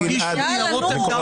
יאללה, נו.